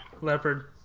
Leopard